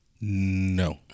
No